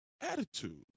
attitude